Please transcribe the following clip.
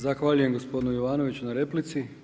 Zahvaljujem gospodinu Jovanoviću na replici.